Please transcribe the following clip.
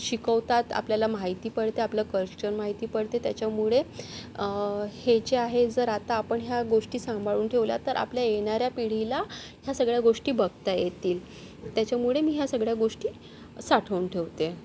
शिकवतात आपल्याला माहिती पडते आपलं कल्चर माहिती पडते त्याच्यामुळे हे जे आहे जर आता आपण या गोष्टी सांभाळून ठेवल्या तर आपल्या येणाऱ्या पिढीला ह्या सगळ्या गोष्टी बघता येतील त्याच्यामुळे मी ह्या सगळ्या गोष्टी साठवून ठेवते